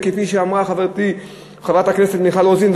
כפי שאמרה חברתי חברת הכנסת מיכל רוזין,